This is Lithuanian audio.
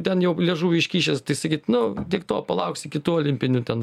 ten jau liežuvį iškišęs tai sakyt nu tiek to palauksi iki tų olimpinių ten